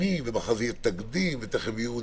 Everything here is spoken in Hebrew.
דיברנו על